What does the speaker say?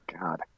God